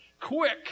Quick